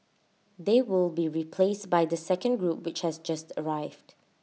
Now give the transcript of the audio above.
they will be replaced by the second group which has just arrived